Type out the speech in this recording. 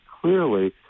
clearly